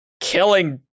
killing